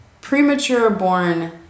premature-born